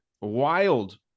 Wild